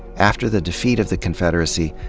after the defeat of the confederacy,